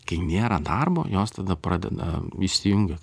kai nėra darbo jos tada pradeda įsijungia